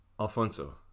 Alfonso